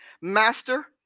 Master